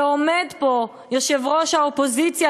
ועומד פה יושב-ראש האופוזיציה,